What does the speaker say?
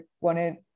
wanted